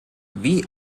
wie